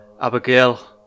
Abigail